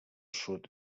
sud